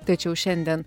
tačiau šiandien